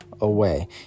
away